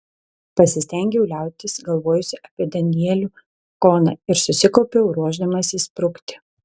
pasistengiau liautis galvojusi apie danielių koną ir susikaupiau ruošdamasi sprukti